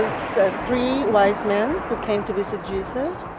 three wise men who came to visit jesus.